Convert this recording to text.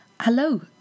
Hello